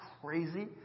crazy